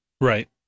Right